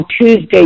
Tuesday